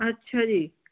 ਅੱਛਾ ਜੀ